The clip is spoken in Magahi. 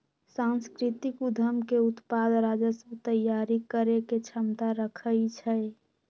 सांस्कृतिक उद्यम के उत्पाद राजस्व तइयारी करेके क्षमता रखइ छै